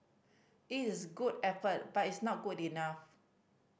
it is good effort but it's not good enough